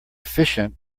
efficient